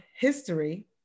history